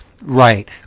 Right